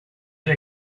the